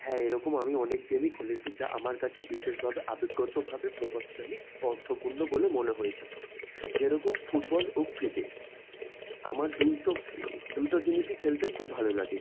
হ্যাঁ এই রকম আমি অনেক গেমই খেলেছি যা আমার কাছে বিশেষভাবে আবেগগতভাবে প্রভাবশালী ও অর্থপূর্ণ বলে মনে হয়েছে যেরকম ফুটবল ও ক্রিকেট আমার দুটো ও দুটো জিনিসই খেলতে খুব ভালো লাগে